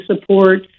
support